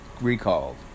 recalled